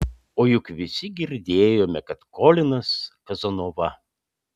o juk visi girdėjome kad kolinas kazanova